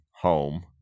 home